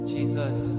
Jesus